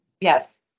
Yes